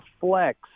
flex